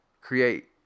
create